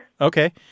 Okay